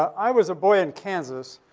i was a boy in kansas,